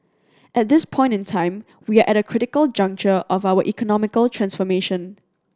at this point in time we are at a critical juncture of our economic transformation